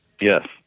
Yes